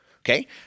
Okay